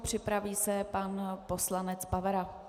Připraví se pan poslanec Pavera.